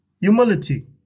humility